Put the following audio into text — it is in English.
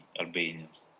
Albanians